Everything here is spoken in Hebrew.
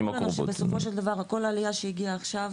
בסופו של דבר, כל עלייה שהגיעה עכשיו